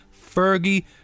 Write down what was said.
Fergie